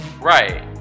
right